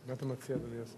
מה אתה מציע, אדוני השר?